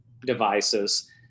devices